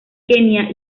kenia